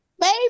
baby